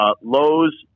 Lowe's